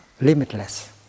limitless